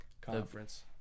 Conference